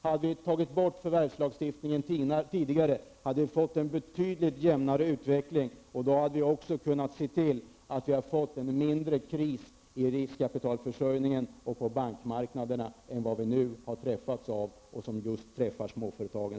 Hade vi tidigare tagit bort förvärvslagstiftningen, hade vi fått en betydligt jämnare utveckling, och då hade vi också kunnat se till att krisen i riskkapitalförsörjningen och på bankmarknaderna hade kunnat bli mindre än den som vi nu har träffats av och som särskilt drabbar småföretagen.